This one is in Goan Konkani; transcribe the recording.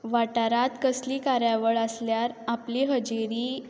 वाठारांत कसलीय कार्यावळ आसल्यार आपली हजेरी